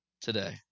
today